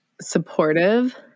supportive